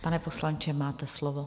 Pane poslanče, máte slovo.